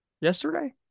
yesterday